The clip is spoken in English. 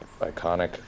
iconic